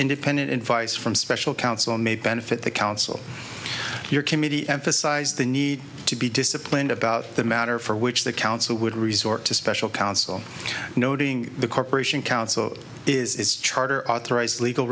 independent invites from special council may benefit the council your committee emphasized the need to be disciplined about the matter for which the council would resort to special counsel noting the corporation council is charter authorized legal